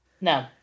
No